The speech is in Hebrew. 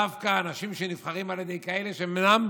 דווקא אנשים שנבחרים על ידי כאלה שהם אינם